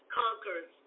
conquers